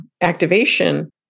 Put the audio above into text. activation